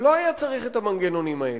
לא היה צריך את המנגנונים האלה?